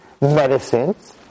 medicines